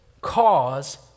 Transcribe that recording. cause